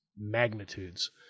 magnitudes